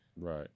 right